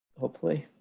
hopefully.